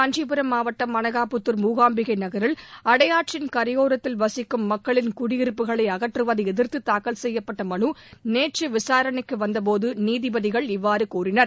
காஞ்சிபுரம் மாவட்டம் அனகாபுத்துர் முகாம்பிகை நகரில் அடையாறின் கரையோரத்தில் வசிக்கும் மக்களின் குடியிருப்புகளை அகற்றுவதை எதிர்த்து தாக்கல் செய்யப்பட்ட மனு நேற்று விசாரணைக்கு வந்த போது நீதிபதிகள் இவ்வாறு கூறினர்